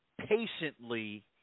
patiently